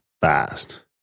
fast